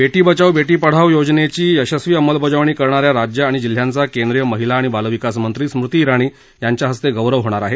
बेटी बचाव बेटी पढाव योजनेची यशस्वी अंमलबजावणी करणाऱ्या राज्य आणि जिल्ह्यांचा केंद्रीय महिला आणि बालविकास मंत्री स्मृती इराणी यांच्या हस्ते गौरव होणार आहे